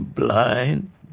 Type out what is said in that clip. blind